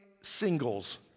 singles